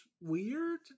weird